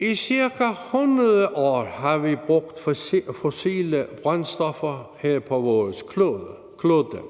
I ca. 100 år har vi brugt fossile brændstoffer her på vores klode.